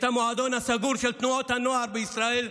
את המועדון הסגור של תנועות הנוער בישראל,